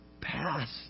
Past